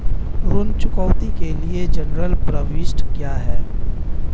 ऋण चुकौती के लिए जनरल प्रविष्टि क्या है?